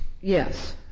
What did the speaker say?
Yes